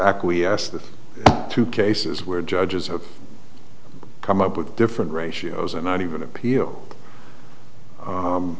acquiesced to cases where judges have come up with different ratios and not even appeal